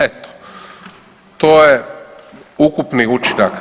Eto to je ukupni učinak.